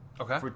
Okay